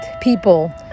people